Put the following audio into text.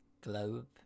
globe